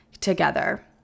together